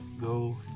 Go